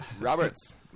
Roberts